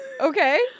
Okay